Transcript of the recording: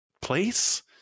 place